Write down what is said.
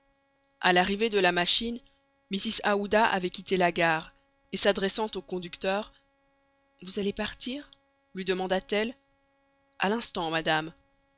a l'arrivée de la machine mrs aouda avait quitté la gare et s'adressant au conducteur vous allez partir lui demanda-t-elle a l'instant madame